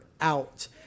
out